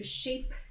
shape